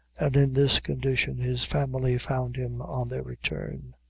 and in this condition his family found him on their return.